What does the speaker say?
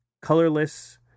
colorless